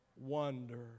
wonder